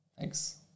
thanks